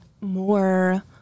more